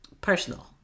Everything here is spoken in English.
personal